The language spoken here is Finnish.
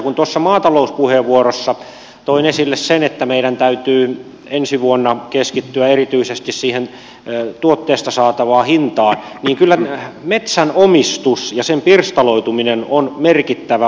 kun tuossa maatalouspuheenvuorossa toin esille sen että meidän täytyy ensi vuonna keskittyä erityisesti siihen tuotteesta saatavaan hintaan niin kyllä metsänomistus ja sen pirstaloituminen ovat merkittäviä asioita